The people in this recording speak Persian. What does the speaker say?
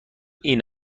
این